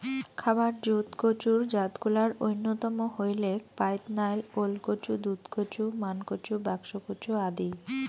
খাবার জুত কচুর জাতগুলার অইন্যতম হইলেক পাইদনাইল, ওলকচু, দুধকচু, মানকচু, বাক্সকচু আদি